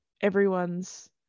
everyone's